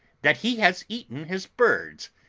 that he has eaten his birds,